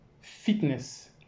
fitness